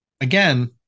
again